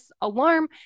alarm